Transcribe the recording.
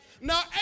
Now